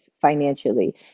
financially